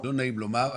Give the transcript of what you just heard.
לא נעים לומר,